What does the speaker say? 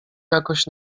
jakoś